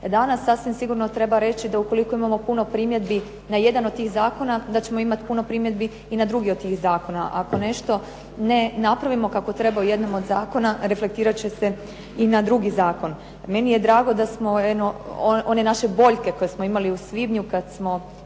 danas. Sasvim sigurno treba reći da ukoliko imamo puno primjedbi na jedan od tih zakona, da ćemo imati puno primjedbi i na drugi od tih zakona. Ako nešto ne napravimo kako treba u jednom od zakona, reflektirat će se i na drugi zakon. Meni je drago da smo one naše boljke koje smo imali u svibnju, kad smo